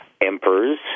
emperors